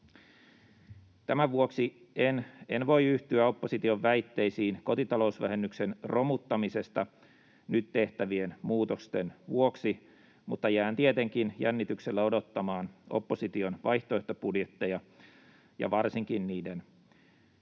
Tämän vuoksi en voi yhtyä opposition väitteisiin kotitalousvähennyksen romuttamisesta nyt tehtävien muutosten vuoksi, mutta jään tietenkin jännityksellä odottamaan opposition vaihtoehtobudjetteja ja varsinkin niiden